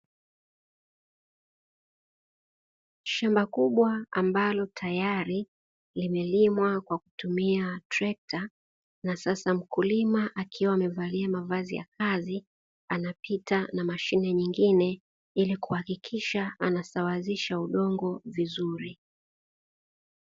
Shamba kubwa, ambalo tayari limelimwa kwa kutumia trekta na sasa mkulima akiwa amevalia mavazi ya kazi, anapita na mashine nyingine ili kuhakikisha anasawazisha udongo vizuri.